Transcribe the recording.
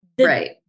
Right